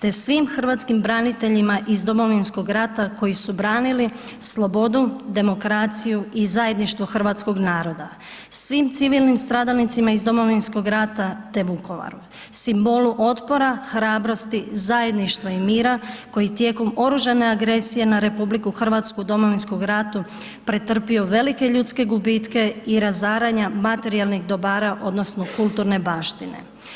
te svim hrvatskim braniteljima iz Domovinskog rata koji su branili slobodu, demokraciju i zajedništvo hrvatskog naroda, svim civilnim stradalnicima iz Domovinskog rata te Vukovaru, simbolu otpora, hrabrosti, zajedništva i mira koji je tijekom oružane agresije na RH u Domovinskom ratu pretrpio velike ljudske gubitke i razaranja materijalnih dobara odnosno kulturne baštine.